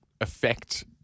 affect